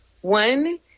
One